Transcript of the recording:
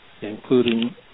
including